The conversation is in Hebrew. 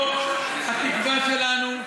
לא התקווה שלנו.